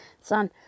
Son